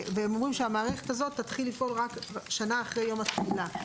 והם אומרים שהמערכת הזאת תתחיל לפעול רק שנה אחרי יום התחילה,